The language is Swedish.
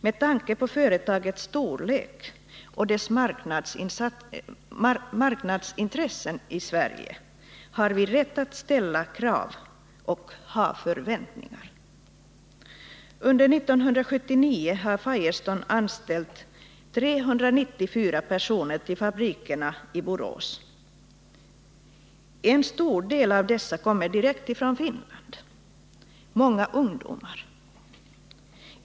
Med tanke på företagets storlek och dess marknadsintressen i Sverige har vi rätt att ställa krav och att ha förväntningar. Under 1979 har Firestone anställt 394 personer till fabrikerna i Borås. En stör del av dessa kommer direkt från Finland, bland dem många ungdomar.